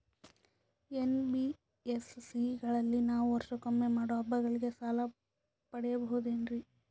NBSC ಗಳಲ್ಲಿ ನಾವು ವರ್ಷಕೊಮ್ಮೆ ಮಾಡೋ ಹಬ್ಬಗಳಿಗೆ ಸಾಲ ಪಡೆಯಬಹುದೇನ್ರಿ?